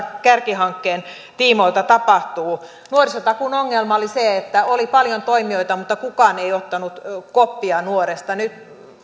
kärkihankkeen tiimoilta tapahtuu nuorisotakuun ongelma oli se että oli paljon toimijoita mutta kukaan ei ottanut koppia nuoresta nyt